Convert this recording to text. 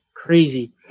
crazy